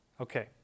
Okay